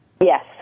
Yes